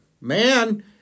man